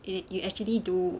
it you actually do